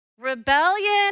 Rebellion